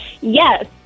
Yes